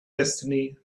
destiny